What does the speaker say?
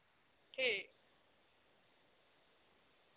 ठीक